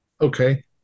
Okay